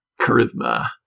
charisma